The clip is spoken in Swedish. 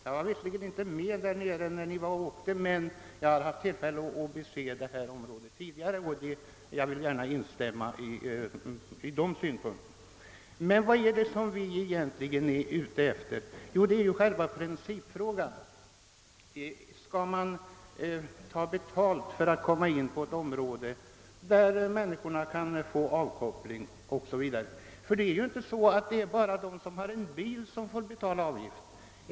Jag var visserligen inte med där nere när ni var där, men jag har haft tillfälle att bese detta område tidigare och jag vill gärna instämma i uttalandet angående skötseln av området. Men vad är det som vi egentligen anser vara det avgörande i detta sammanhang? Jo, det är att det är en principfråga, nämligen om man skall behöva betala för att komma in på ett område där människorna kan få avkoppling. Det är ju inte bara de som har bil som får betala avgift.